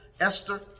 Esther